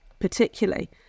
particularly